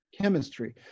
chemistry